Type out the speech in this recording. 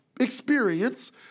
experience